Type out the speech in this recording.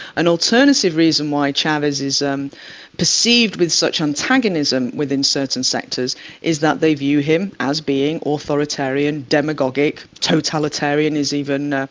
an alternative reason why chavez is perceived with such antagonism within certain sectors is that they view him as being authoritarian, demagogic, totalitarian is even,